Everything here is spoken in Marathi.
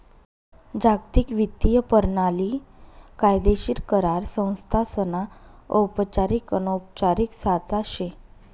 जागतिक वित्तीय परणाली कायदेशीर करार संस्थासना औपचारिक अनौपचारिक साचा शे